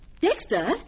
Dexter